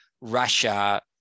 Russia